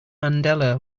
mandela